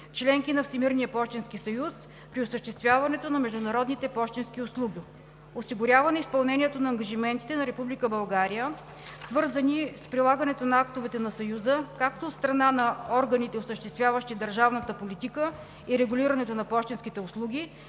членки на Всемирния пощенски съюз, при осъществяването на международните пощенски услуги; - осигуряване изпълнението на ангажиментите на Република България, свързани с прилагането на актовете на Съюза както от страна на органите, осъществяващи държавната политика и регулирането на пощенските услуги,